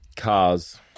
Cars